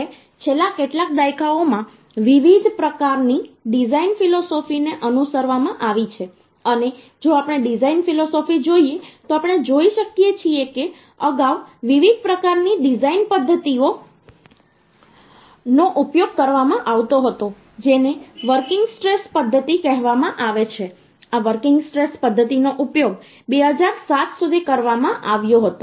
હવે છેલ્લા કેટલાક દાયકાઓમાં વિવિધ પ્રકારની ડિઝાઇન ફિલોસોફીને અનુસરવામાં આવી છે અને જો આપણે ડિઝાઇન ફિલોસોફી જોઈએ તો આપણે જોઈ શકીએ છીએ કે અગાઉ વિવિધ પ્રકારની ડિઝાઇન પદ્ધતિઓનો ઉપયોગ કરવામાં આવતો હતો જેને વર્કિંગ સ્ટ્રેસ પદ્ધતિ કહેવામાં આવે છે આ વર્કિંગ સ્ટ્રેસ પદ્ધતિનો ઉપયોગ 2007 સુધી કરવામાં આવ્યો હતો